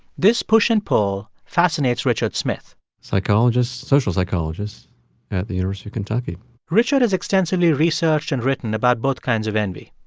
this push and pull fascinates richard smith psychologist social psychologist at the university of kentucky richard has extensively researched and written about both kinds of envy.